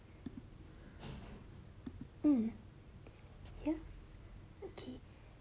hmm here okay